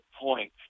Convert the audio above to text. point